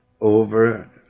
over